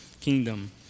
kingdom